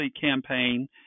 campaign